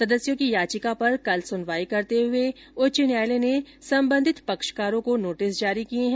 सदस्यों की याचिका पर कल सुनवाई करते हुए उच्च न्यायालय ने संबंधित पक्षकारों को नोटिस जारी किए हैं